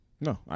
No